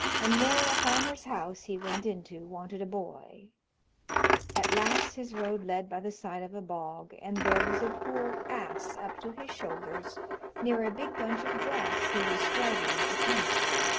and ne'er a farmer's house he went into wanted a boy at last his road led by the side of a bog, and there was a poor ass up to his shoulders near a big bunch of grass he was striving to come at.